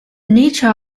nature